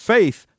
Faith